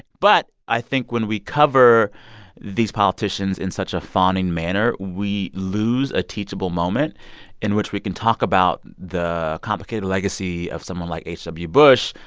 but i think when we cover these politicians in such a fawning manner, we lose a teachable moment in which we can talk about the complicated legacy of someone like h w. bush,